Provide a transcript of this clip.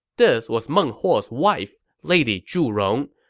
this was meng huo's wife, lady zhurong.